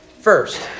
First